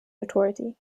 notoriety